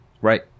Right